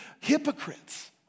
hypocrites